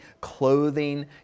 clothing